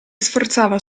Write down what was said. sforzava